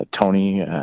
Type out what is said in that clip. Tony